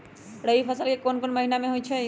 रबी फसल कोंन कोंन महिना में होइ छइ?